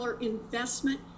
investment